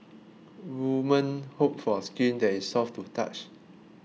women hope for skin that is soft to touch